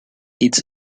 its